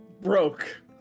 broke